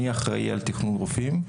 אני אחראי על תכנון רופאים,